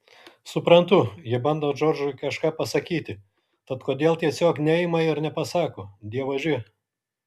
suprantu ji bando džordžui kažką pasakyti tad kodėl tiesiog neima ir nepasako dievaži